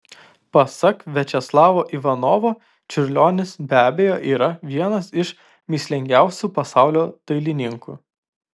pasak viačeslavo ivanovo čiurlionis be abejo yra vienas iš mįslingiausių pasaulio dailininkų